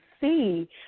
see